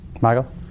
Michael